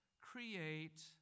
create